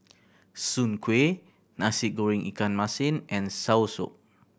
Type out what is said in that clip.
Soon Kueh Nasi Goreng ikan masin and soursop